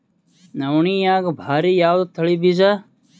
ನವಣಿಯಾಗ ಭಾರಿ ಯಾವದ ತಳಿ ಬೀಜ?